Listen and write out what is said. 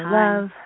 love